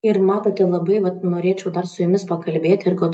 ir matote labai va norėčiau dar su jumis pakalbėti ir kad